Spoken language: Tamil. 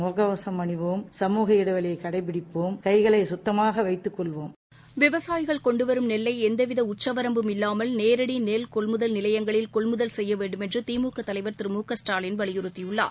முகக்கவசம் அணிவோம் சமூக இடைவெளியை கடைப்பிடிப்போம் கைகளை கத்தமாக வைத்துக்கொள்வோம் விவசாயிகள் கொண்டுவரும் நெல்லை எந்தவித உச்சவரம்பும் இல்லாமல் நேரடி நெல் கொள்முதல் நிலையங்களில் கொள்முதல் செய்ய வேண்டுமென்று திமுக தலைவர் திரு மு க ஸ்டாலின் வலியுறுத்தியுள்ளார்